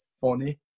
funny